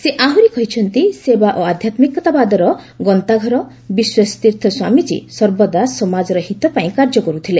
ସେ ଆହୁରି କହିଛନ୍ତି ସେବା ଓ ଆଧ୍ୟାତ୍ମିକବାଦର ଗନ୍ତାଘର ବିଶ୍ୱେଶ୍ ତୀର୍ଥ ସ୍ୱାମିକ୍ରୀ ସର୍ବଦା ସମାଜର ହିତପାଇଁ କାର୍ଯ୍ୟ କରୁଥିଲେ